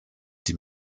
die